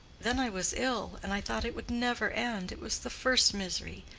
then i was ill and i thought it would never end it was the first misery,